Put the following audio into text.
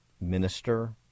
minister